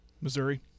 Missouri